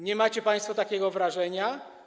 Nie macie państwo takiego wrażenia?